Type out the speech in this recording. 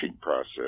process